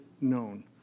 known